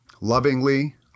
lovingly